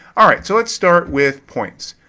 alright, so, let's start with points.